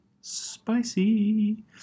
Spicy